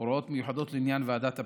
(הוראות מיוחדות לעניין ועדת הבחירות),